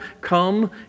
come